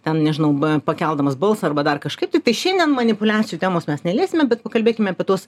ten nežinau pakeldamas balsą arba dar kažkaip tai šiandien manipuliacijų temos mes neliesime bet pakalbėkime apie tuos